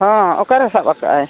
ᱦᱚᱸ ᱚᱠᱟᱨᱮ ᱥᱟᱵ ᱠᱟᱜᱼᱟᱭ